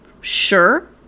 sure